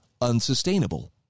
unsustainable